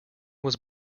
was